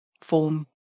form